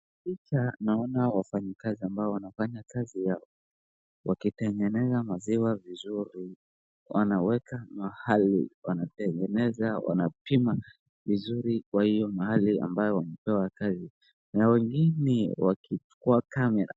Naona wafanyikazi ambao wanafanya kaziyao wakitengeneza maziwa vizuri wanaweka mahali wanatengeneza wanapima vizuri kwa hiyo mahali ambayo wamepewa kazi wengine wakichukua kamera.